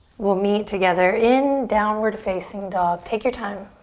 we'll meet together in downward facing dog, take your time.